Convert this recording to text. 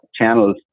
channels